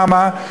למה?